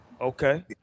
okay